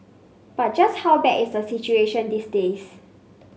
but just how bad is the situation these days